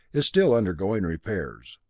is still undergoing repairs.